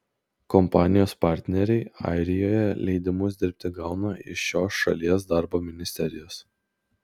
kompanijos partneriai airijoje leidimus dirbti gauna iš šios šalies darbo ministerijos